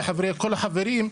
כל החברים,